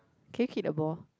can you kick the ball